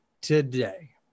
today